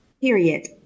period